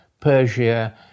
Persia